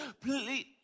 Please